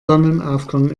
sonnenaufgang